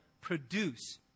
produce